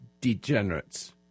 degenerates